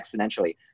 exponentially